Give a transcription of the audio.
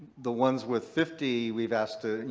the ones with fifty we've asked to, you